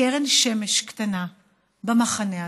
קרן שמש קטנה במחנה הזה,